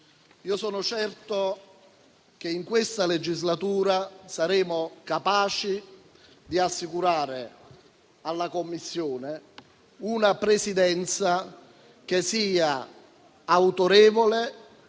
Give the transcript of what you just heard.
Io sono certo che in questa legislatura saremo capaci di assicurare alla Commissione una presidenza autorevole,